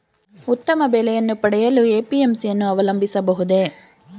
ಉತ್ತಮ ಬೆಲೆಯನ್ನು ಪಡೆಯಲು ಎ.ಪಿ.ಎಂ.ಸಿ ಯನ್ನು ಅವಲಂಬಿಸಬಹುದೇ?